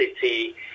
city